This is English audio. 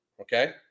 Okay